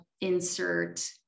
insert